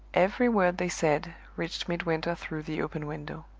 every word they said reached midwinter through the open window.